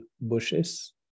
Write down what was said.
bushes